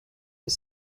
his